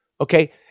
Okay